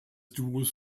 duos